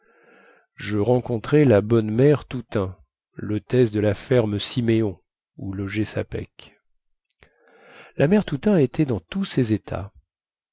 je rencontrai la bonne mère toutain lhôtesse de la ferme siméon où logeait sapeck la mère toutain était dans tous ses états